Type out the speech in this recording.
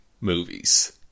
movies